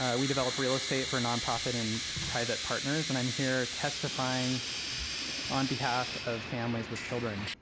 ah we develop real estate for nonprofit and private partners. and i'm here testifying on behalf of families with children.